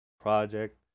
project